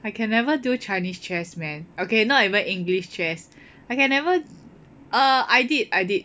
I can never do Chinese chess man okay not even English chess I can never err I did I did